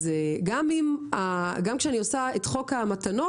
אז גם כשאני עושה את "חוק המתנות",